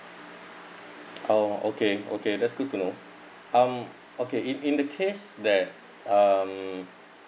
oh okay okay that's good to know um okay it in the case that um